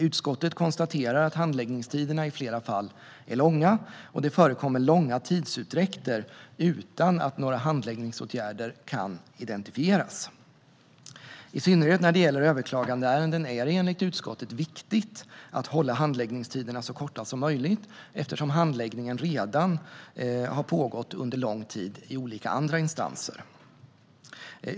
Utskottet konstaterar att handläggningstiderna i flera fall är långa, och det förekommer långa tidsutdräkter utan att några handläggningsåtgärder kan identifieras. I synnerhet när det gäller överklagandeärenden är det enligt utskottet viktigt att hålla handläggningstiderna så korta som möjligt eftersom handläggningen redan har pågått under en lång tid i olika andra instanser.